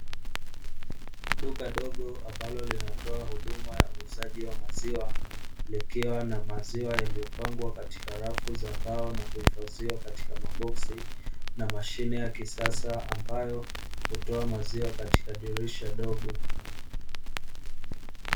Duka dogo ambalo linatoa huduma ya uuzaji wa maziwa, likiwa na maziwa yaliyopangwa katika rafu za mbao na kuhifadhiwa katika maboksi na mashine ya kisasa ambayo hutoa maziwa katika dirisha dogo.